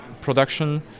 production